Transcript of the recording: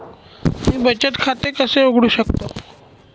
मी बचत खाते कसे उघडू शकतो?